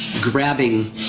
grabbing